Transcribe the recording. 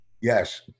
Yes